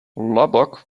lubbock